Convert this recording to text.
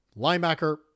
Linebacker